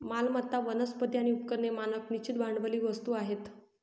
मालमत्ता, वनस्पती आणि उपकरणे मानक निश्चित भांडवली वस्तू आहेत